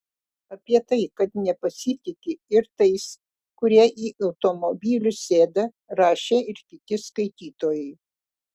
apie tai kad nepasitiki ir tais kurie į automobilius sėda rašė ir kiti skaitytojai